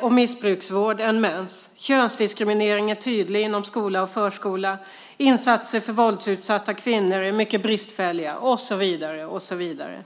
och missbrukarvård än på mäns, könsdiskrimineringen är tydlig inom skola och förskola, insatserna för våldsutsatta kvinnor är mycket bristfälliga, och så vidare.